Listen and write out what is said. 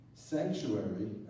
Sanctuary